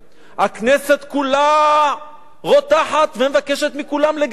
הכנסת כולה רותחת, ומבקשת מכולם לגנות,